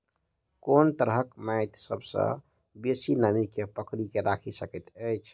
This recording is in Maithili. कोन तरहक माटि सबसँ बेसी नमी केँ पकड़ि केँ राखि सकैत अछि?